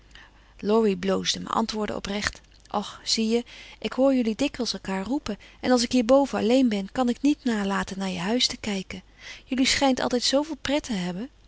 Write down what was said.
laurie bloosde maar antwoordde oprecht och zie je ik hoor jullie dikwijs elkaar roepen en als ik hier boven alleen ben kan ik niet nalaten naar je huis te kijken jullie schijnt altijd zooveel pret te hebben